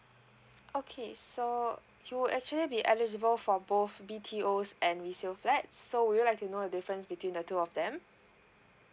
okay so you would actually be eligible for both B_T_Os and resale flats so would you like to know the difference between the two of them